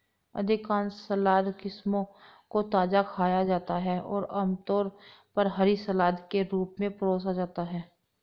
अधिकांश सलाद किस्मों को ताजा खाया जाता है और आमतौर पर हरी सलाद के रूप में परोसा जाता है